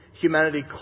humanity